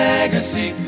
Legacy